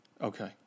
Okay